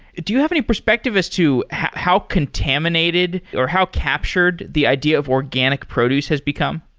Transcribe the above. do you have any perspective as to how contaminated or how captured the idea of organic produce has become?